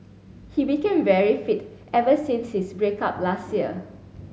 he became very fit ever since his break up last year